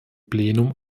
plenum